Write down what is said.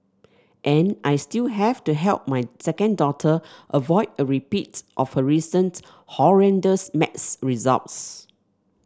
and I still have to help my second daughter avoid a repeat of her recent horrendous maths results